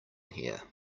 here